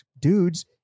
dudes